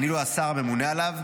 אני לא השר הממונה עליו,